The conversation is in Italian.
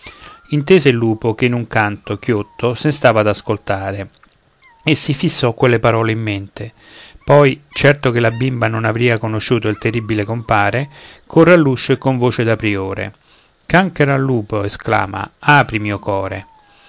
intese il lupo che in un canto chiotto sen stava ad ascoltare e si fissò quelle parole in mente poi certo che la bimba non avria conosciuto il terribile compare corre all'uscio e con voce da priore canchero al lupo esclama apri mio core